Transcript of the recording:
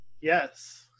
Yes